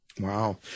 Wow